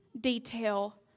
detail